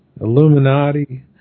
Illuminati